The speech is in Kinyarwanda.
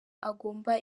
agomba